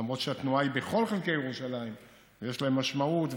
ולמרות שהתנועה היא בכל חלקי ירושלים ויש לה משמעות וכו'